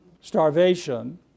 starvation